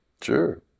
Sure